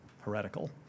heretical